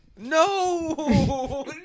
No